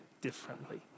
differently